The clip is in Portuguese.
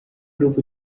grupo